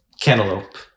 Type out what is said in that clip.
cantaloupe